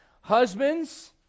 Husbands